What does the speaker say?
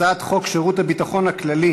הצעת חוק שירות הביטחון הכללי